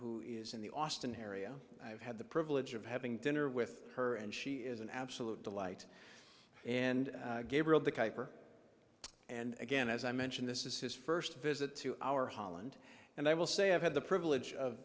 who is in the austin area i have had the privilege of having dinner with her and she is an absolute delight and gabriel the kiper and again as i mentioned this is his first visit to our holland and i will say i've had the privilege of